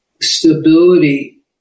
stability